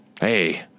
hey